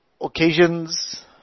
occasions